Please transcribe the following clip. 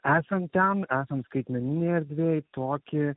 esant ten esant skaitmeninėj erdvėj tokį